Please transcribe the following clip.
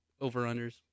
over-unders